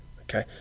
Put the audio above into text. Okay